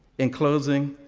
in closing,